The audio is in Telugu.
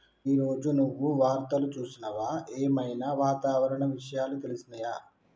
ఈ రోజు నువ్వు వార్తలు చూసినవా? ఏం ఐనా వాతావరణ విషయాలు తెలిసినయా?